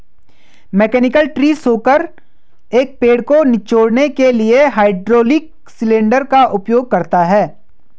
mechanical tree shaker, एक पेड़ को निचोड़ने के लिए हाइड्रोलिक सिलेंडर का उपयोग करता है